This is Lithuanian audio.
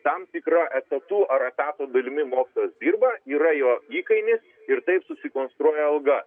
tam tikru etatu ar etato dalimi mokytojas dirba yra jo įkainis ir taip susikonstruoja alga